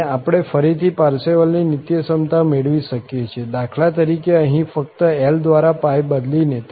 અને આપણે ફરીથી પાર્સેવલની નિત્યસમતા મેળવી શકીએ છીએ દાખલા તરીકે અહીં ફક્ત L દ્વારા π બદલીને